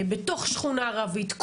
בתוך שכונה ערבית,